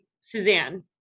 Suzanne